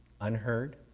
unheard